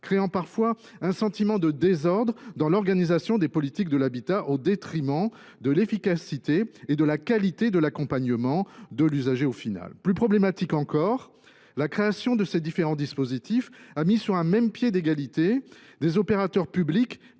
créant parfois un sentiment de désordre dans l’organisation des politiques de l’habitat, au détriment, finalement, de l’efficacité et de la qualité de l’accompagnement de l’usager. Plus problématique encore, la création de ces différents dispositifs a mis sur un pied d’égalité des opérateurs publics